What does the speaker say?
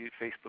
Facebook